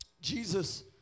Jesus